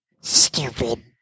Stupid